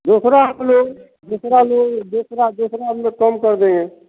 दूसरा आम लो दोसरा आम लो दूसरा दूसरा आम में कम कर देंगे